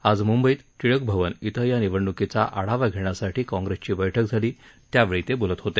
आज मुंबईत टिळक भवन क्व या निवडणूकीचा आढावा घेण्यासाठी काँग्रेसची बैठक झाली त्यावेळी ते बोलत होते